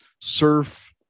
surf